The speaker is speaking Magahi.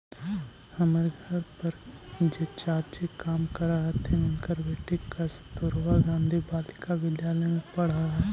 हमर घर पर जे चाची काम करऽ हथिन, उनकर बेटी कस्तूरबा गांधी बालिका विद्यालय में पढ़ऽ हई